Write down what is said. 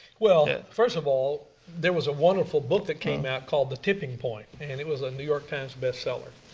well first of all there was a wonderful book that came out called, the tipping point. and it was a new york times bestseller.